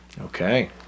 okay